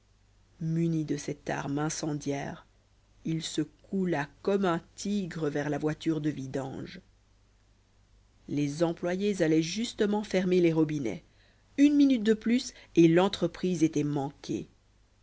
muni de cette arme incendiaire il se coula comme un tigre vers la voiture de vidange les employés allaient justement fermer les robinets une minute de plus et l'entreprise était manquée